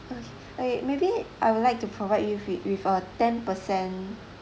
okay okay maybe I would like to provide you with with a ten percent